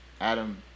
Adam